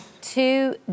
two